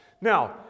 Now